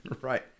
Right